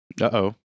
Uh-oh